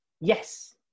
yes